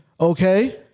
okay